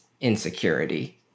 insecurity